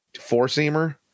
four-seamer